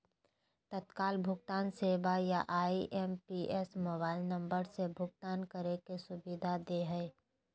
तत्काल भुगतान सेवा या आई.एम.पी.एस मोबाइल नम्बर से भुगतान करे के सुविधा दे हय